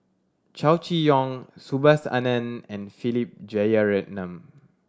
Chow Chee Yong Subhas Anandan and Philip Jeyaretnam